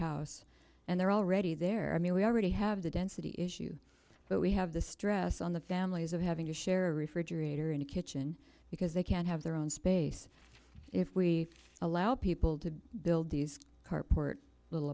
house and they're already there i mean we already have the density issue but we have the stress on the families of having to share a refrigerator in the kitchen because they can't have their own space if we allow people to build these carport little